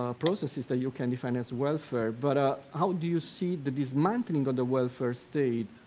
ah processes that you can define as welfare. but how do you see the dismantling of the welfare state,